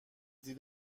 دید